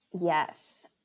Yes